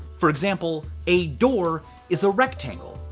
for example, a door is a rectangle,